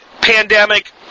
pandemic